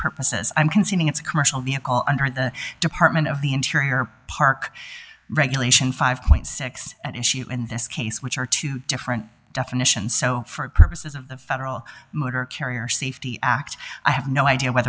purposes i'm conceding it's a commercial vehicle under the department of the interior park regulation five point six at issue in this case which are two different definitions so for the purposes of the federal motor carrier safety act i have no idea